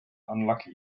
unlucky